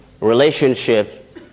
relationship